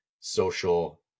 social